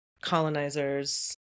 colonizers